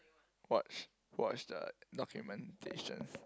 watch watch the documentation